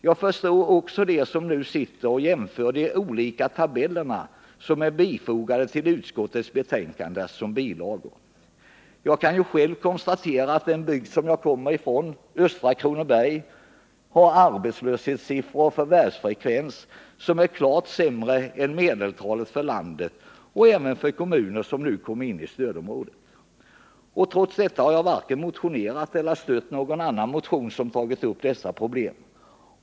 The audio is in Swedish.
Jag förstår också dem som nu jämför de olika tabeller som är fogade till utskottsbetänkandet som bilagor. Jag kan själv konstatera att den bygd som jag kommer från, Östra Kronoberg, har arbetslöshetssiffror och förvärvsfrekvenser som är klart sämre än medeltalet för landet och även för kommuner som nu kommer in i stödområdet. Trots det har jag varken motionerat eller stött någon motion som har tagit upp dessa problem.